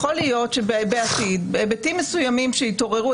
יכול להיות שבעתיד בהיבטים מסוימים שיתעוררו,